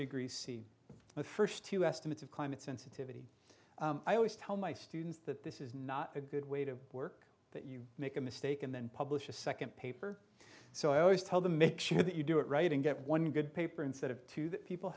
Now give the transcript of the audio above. degrees c the first two estimates of climate sensitivity i always tell my students that this is not a good way to work that you make a mistake and then publish a second paper so i always tell the make sure that you do it right and get one good paper instead of two that people